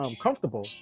comfortable